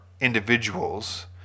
individuals